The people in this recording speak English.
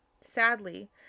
Sadly